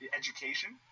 education